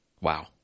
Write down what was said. Wow